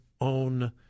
own